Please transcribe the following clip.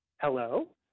Hello